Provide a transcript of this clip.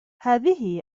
هذه